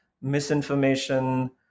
misinformation